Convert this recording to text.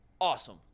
awesome